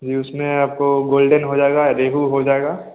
जी उसमें आपको गोल्डन हो जाएगा रोहू हो जाएगा